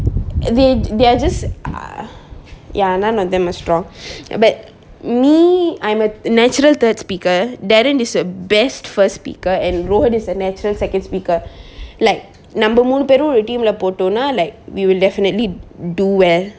they they are just err ya none of them are strong but me I'm a natural third speaker darren is a best first speaker and rowen is a natural second speaker like நம்ப மூணு பேரும் ஒரு:namba moonu perum oru team lah போட்டோனா:pottona like we will definitely do well